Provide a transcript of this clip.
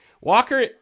Walker